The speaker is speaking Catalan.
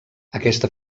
aquesta